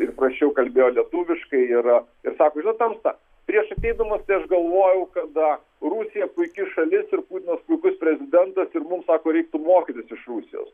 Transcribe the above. ir prasčiau kalbėjo lietuviškai yra ir sako žinot tamsta prieš ateidama galvojau kada rusija puiki šalis ir putinas puikus prezidentas ir mums sako reiktų mokytis iš rusijos